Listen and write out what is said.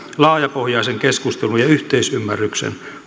laajapohjaisen keskustelun ja yhteisymmärryksen